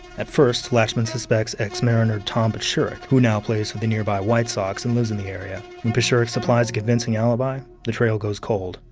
at first, lachemann suspects ex-mariner tom paciorek, who now plays for the nearby white sox and lives in the area. when paciorek supplies a convincing alibi, the trail goes cold.